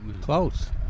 Close